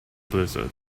blizzard